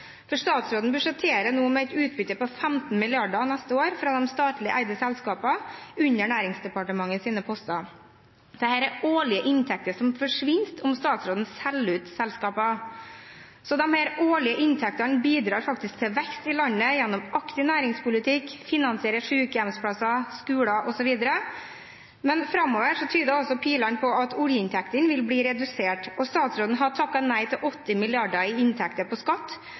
for statsråden budsjetterer nå med et utbytte på 15 mrd. kr neste år fra de statlig eide selskapene, under Næringsdepartementets poster. Dette er årlige inntekter som forsvinner om statsråden selger ut selskaper. Disse årlige inntektene bidrar faktisk til vekst i landet gjennom aktiv næringspolitikk, de finansierer sykehjemsplasser, skoler osv., men framover tyder pilene på at oljeinntektene vil bli redusert. Statsråden har takket nei til 80 mrd. kr i skatteinntekter, så hvordan vil statsråden dekke inn disse titalls milliardene kroner i tap av inntekter